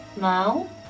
now